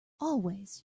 always